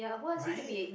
right